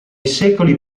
secoli